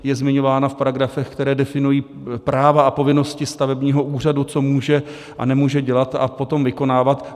Je zmiňována v paragrafech, které definují práva a povinnosti stavebního úřadu, co může a nemůže dělat a potom vykonávat.